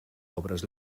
obres